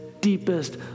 deepest